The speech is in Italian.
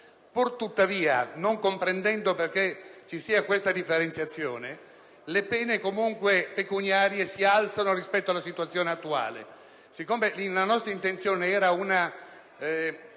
Pur tuttavia, non comprendendo perché vi sia questa differenziazione, le pene pecuniarie si alzano comunque rispetto alla situazione attuale. Siccome nella nostra intenzione si